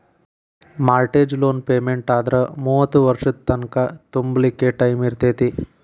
mortgage loan ಪೆಮೆನ್ಟಾದ್ರ ಮೂವತ್ತ್ ವರ್ಷದ್ ತಂಕಾ ತುಂಬ್ಲಿಕ್ಕೆ ಟೈಮಿರ್ತೇತಿ